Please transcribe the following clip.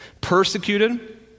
Persecuted